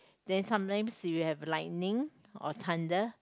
then sometimes if you have lightning or thunder